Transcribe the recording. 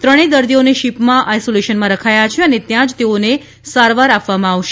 ત્રણેય દર્દીઓને શીપમાં આઇશોલેશનમાં રખાયા છે અને ત્યાં જ તેઓને સારવાર આપવામાં આવશે